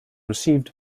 received